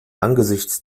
angesichts